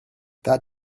that